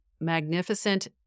magnificent